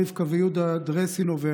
רבקה ויהודה דרסינובר,